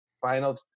Final